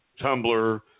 Tumblr